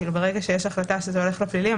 ברגע שיש החלטה שזה הולך לפלילי,